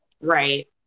right